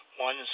one